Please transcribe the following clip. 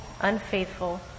unfaithful